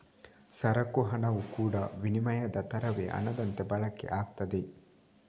ಸರಕು ಹಣವು ಕೂಡಾ ವಿನಿಮಯದ ತರವೇ ಹಣದಂತೆ ಬಳಕೆ ಆಗ್ತದೆ